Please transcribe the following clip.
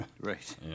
Right